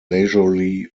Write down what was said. leisurely